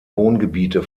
wohngebiete